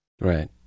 Right